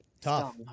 Tough